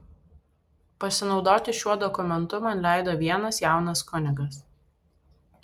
pasinaudoti šiuo dokumentu man leido vienas jaunas kunigas